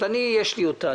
לי יש אותה,